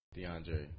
DeAndre